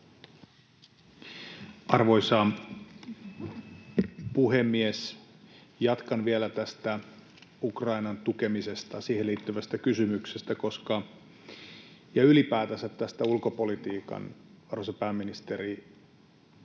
Arvoisa puhemies! Jatkan vielä tästä Ukrainan tukemisesta, siihen liittyvästä kysymyksestä, ja ylipäätänsä, arvoisa pääministeri,